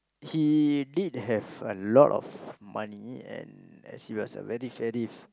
he did have a lot of money and he was a very ready full